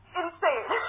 insane